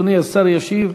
אדוני השר ישיב.